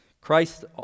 Christ